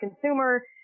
consumer